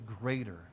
greater